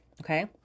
Okay